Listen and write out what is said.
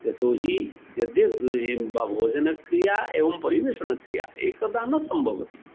यतो हि यद्यपि ब् बहु भोजनक्रिया एवं परिवेषणक्रिया एकदा न सम्भवति